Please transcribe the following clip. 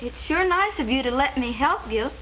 of your nice of you to let me help you